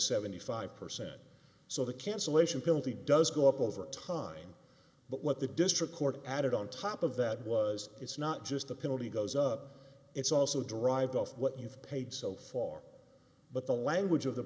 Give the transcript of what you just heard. seventy five percent so the cancellation penalty does go up over time but what the district court added on top of that was it's not just the penalty goes up it's also derived off what you've paid so far but the language of the